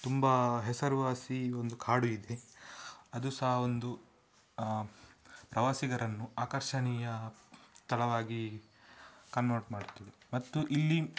ತುಂಬ ಹೆಸರುವಾಸಿ ಒಂದು ಕಾಡು ಇದೆ ಅದು ಸಹ ಒಂದು ಪ್ರವಾಸಿಗರನ್ನು ಆಕರ್ಷಣೀಯ ಸ್ಥಳವಾಗಿ ಕನ್ವರ್ಟ್ ಮಾಡ್ತದೆ ಮತ್ತು ಇಲ್ಲಿ